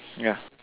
yeah